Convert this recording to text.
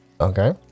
Okay